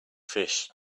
fish